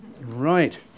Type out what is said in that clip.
Right